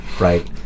right